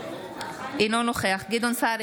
אינו נוכח גדעון סער,